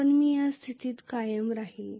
पण i या स्थितीत कायम राहील